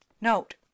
Note